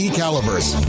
calibers